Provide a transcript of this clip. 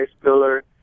Spiller